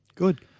Good